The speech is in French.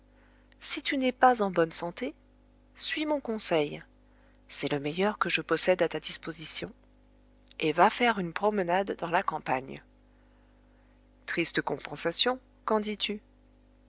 si tu n'es pas en bonne santé suis mon conseil c'est le meilleur que je possède à ta disposition et va faire une promenade dans la campagne triste compensation qu'en dis-tu